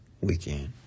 weekend